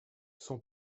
son